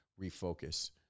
refocus